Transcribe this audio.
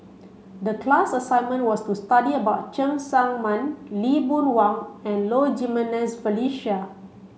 the class assignment was to study about Cheng Tsang Man Lee Boon Wang and Low Jimenez Felicia